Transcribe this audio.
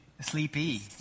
Sleepy